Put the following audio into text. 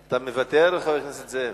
אתה מוותר, חבר הכנסת זאב?